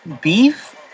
Beef